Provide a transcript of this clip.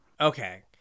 Okay